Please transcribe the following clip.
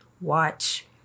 watch